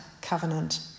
covenant